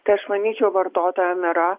tai aš manyčiau vartotojam yra